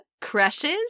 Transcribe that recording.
Crushes